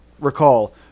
recall